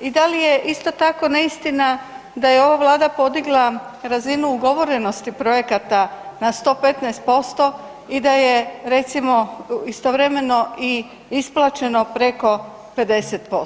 i da li je isto tako, neistina, da je ova Vlada podigla razinu ugovorenosti projekata na 115% i da je recimo, istovremeno i isplaćeno preko 50%